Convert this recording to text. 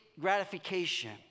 gratification